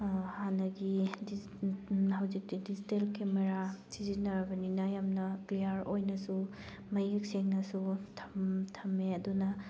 ꯍꯥꯟꯅꯒꯤ ꯍꯧꯖꯤꯛꯇꯤ digital camera ꯁꯤꯖꯤꯟꯅꯔꯕꯅꯤꯅ ꯌꯥꯝꯅ ꯀ꯭ꯂꯤꯌꯥꯔ ꯑꯣꯏꯅꯁꯨ ꯃꯌꯦꯛ ꯁꯦꯡꯅꯁꯨ ꯊꯝꯃꯦ ꯑꯗꯨꯅ